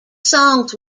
songs